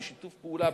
בשיתוף פעולה,